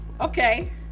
Okay